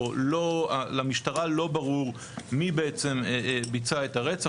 או למשטרה לא ברור מי ביצע את הרצח,